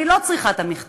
אני לא צריכה את המכתב,